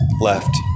left